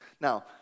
Now